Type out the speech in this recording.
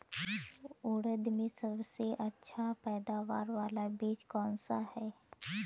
उड़द में सबसे अच्छा पैदावार वाला बीज कौन सा है?